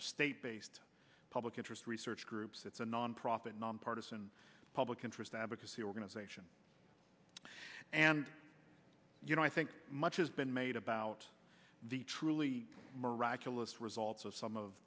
of state based public interest research groups it's a nonprofit nonpartisan public interest advocacy organization and you know i think much has been made about the truly miraculous results of some of